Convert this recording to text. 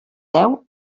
veu